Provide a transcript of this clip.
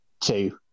two